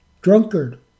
drunkard